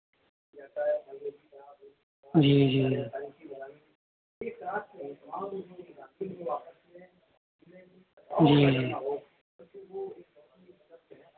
جی جی جی جی